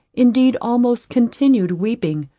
indeed almost continued weeping,